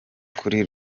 kuri